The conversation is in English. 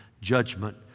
judgment